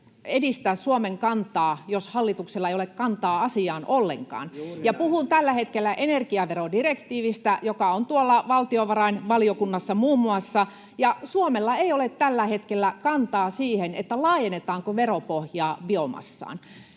edistää Suomen kantaa, jos hallituksella ei ole kantaa asiaan ollenkaan — puhun tällä hetkellä energiaverodirektiivistä, joka on muun muassa tuolla valtiovarainvaliokunnassa, ja Suomella ei ole tällä hetkellä kantaa siihen, laajennetaanko veropohjaa biomassaan.